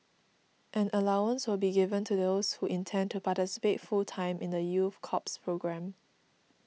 an allowance will be given to those who intend to participate full time in the youth corps programme